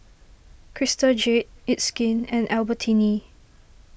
Crystal Jade It's Skin and Albertini